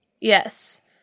Yes